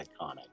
iconic